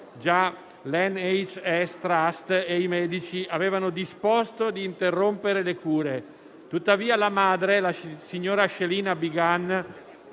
Già l'NHS Trust e i medici avevano disposto di interrompere le cure. Tuttavia, la madre, la signora Shelina Begum,